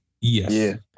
Yes